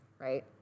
right